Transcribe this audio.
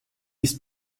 ist